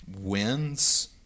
wins